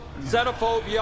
xenophobia